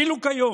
ואילו כיום,